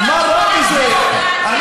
דמוקרטיה,